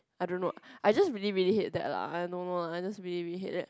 I don't know I just really really hate that lah I don't know I just really really hate that